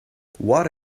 what